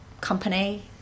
company